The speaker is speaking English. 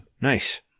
Nice